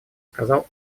сказал